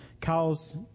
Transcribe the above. cows